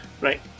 right